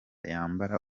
yambara